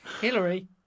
Hillary